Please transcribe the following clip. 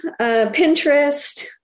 Pinterest